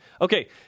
Okay